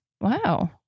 Wow